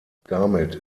damit